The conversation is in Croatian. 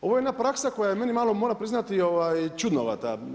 Ovo je jedna praksa koja je meni malo moram priznati čudnovata.